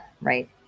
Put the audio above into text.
right